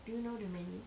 do you know the menu